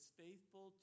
faithful